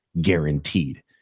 guaranteed